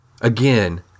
Again